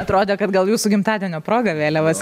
atrodo kad gal jūsų gimtadienio proga vėliavas